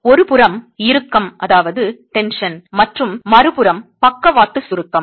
ஒருபுறம் இறுக்கம் மற்றும் மறுபுறம் பக்கவாட்டு சுருக்கம்